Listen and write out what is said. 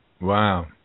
Wow